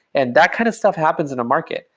and that kind of stuff happens in a market.